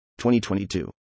2022